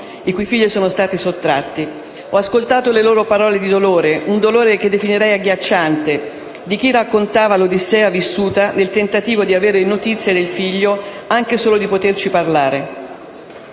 i cui figli sono stati sottratti. Ho ascoltato le loro parole di dolore - un dolore che definirei agghiacciante - con cui hanno raccontato l'odissea vissuta nel tentativo di avere notizie del figlio, e anche solo di poterci parlare.